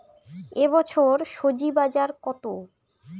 এ বছর স্বজি বাজার কত?